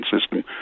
system